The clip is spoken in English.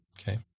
Okay